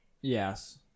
Yes